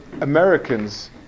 Americans